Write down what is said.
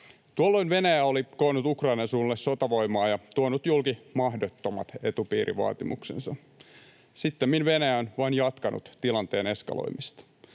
Tuolloin Venäjä oli koonnut Ukrainan suunnalle sotavoimaa ja tuonut julki mahdottomat etupiirivaatimuksensa. Sittemmin Venäjä on vain jatkanut tilanteen eskaloimista.